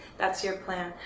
that's your plan.